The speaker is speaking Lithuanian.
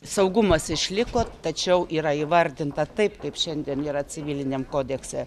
saugumas išliko tačiau yra įvardinta taip kaip šiandien yra civiliniam kodekse